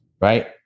Right